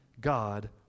God